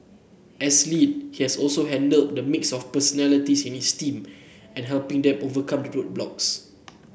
as lead he has also handle the mix of personalities in his team and helping them overcome the roadblocks